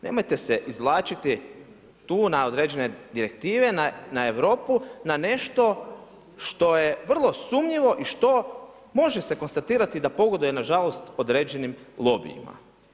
Nemojte se izvlačiti tu na određene direktive, na Europu, na nešto što je vrlo sumnjivo i što može se konstatirati da pogoduje, nažalost, određenim lobijima.